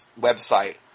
website